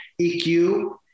EQ